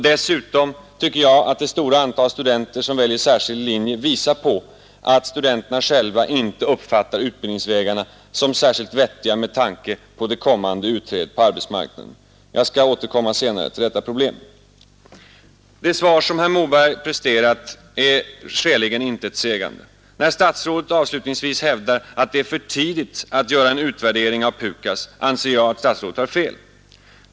Dessutom visar det stora antal studenter som väljer särskild linje eller del av linje att studenterna själva inte uppfattar utbildningsvägarna som särskilt vettiga med tanke på det kommande utträdet på arbetsmarknaden. Jag skall återkomma senare till detta problem. Det svar som herr Moberg presterat är skäligen intetsägande. När statsrådet avslutningsvis hävdar att det är för tidigt att göra en utvärdering av PUKAS anser jag att han har fel.